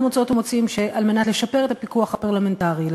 אנחנו מוצאות ומוצאים שכדי לשפר את הפיקוח הפרלמנטרי,